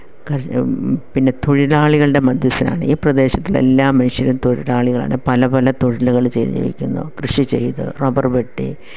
പിന്നെ തൊഴിലാളികളുടെ മധ്യസ്ഥനാണ് ഈ പ്രദേശത്തിലെ എല്ലാ മനുഷ്യരും തൊഴിലാളികളാണ് പല പല തൊഴിലുകൾ ചെയ്ത് ജീവിക്കുന്നു കൃഷി ചെയ്ത് റബ്ബർ വെട്ടി